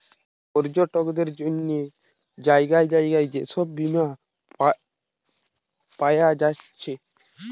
পর্যটকদের জন্যে জাগায় জাগায় যে সব বীমা পায়া যাচ্ছে